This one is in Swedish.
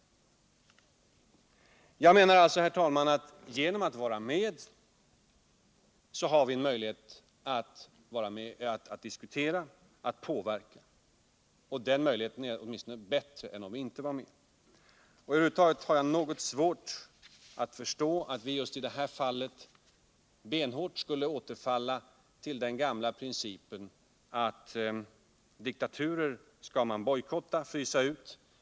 Vi menar alltså, herr talman, att genom att vara med har vi från svensk sida möjligheter att diskutera, att påverka. Det är åtminstone bättre att ha den möjligheten än att inte vara med. Över huvud taget har jag något svårt att förstå att vi just i det här fallet benhårt skulle återfalla till den gamla principen att diktaturer skall man bojkotta, frysa ut.